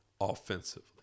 offensively